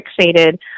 fixated